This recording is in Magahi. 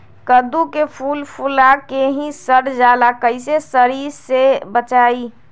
कददु के फूल फुला के ही सर जाला कइसे सरी से बचाई?